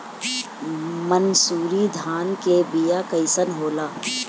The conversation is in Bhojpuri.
मनसुरी धान के बिया कईसन होला?